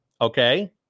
okay